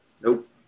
Nope